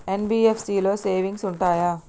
NBFC లో savings ఉంటయా?